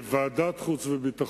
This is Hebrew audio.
לוועדת החוץ והביטחון.